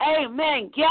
Amen